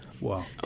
wow